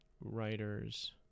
writers